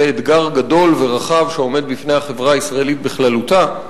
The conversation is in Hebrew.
זה אתגר גדול ורחב שעומד בפני החברה הישראלית בכללותה,